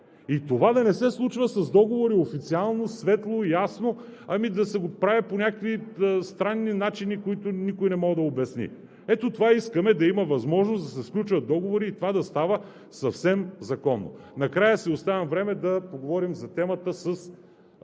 И това да не се случва с договори – официално, светло, ясно, а да се прави по някакви странни начини, които никой не може да обясни. Ето това искаме – да има възможност да се сключват договори и това да става съвсем законно. Накрая си оставям време да поговорим за темата с